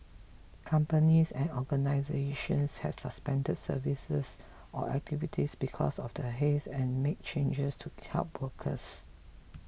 companies and organisations have suspended services or activities because of the haze and made changes to help workers